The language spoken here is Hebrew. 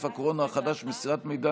21,